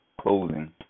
closing